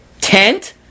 tent